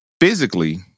Physically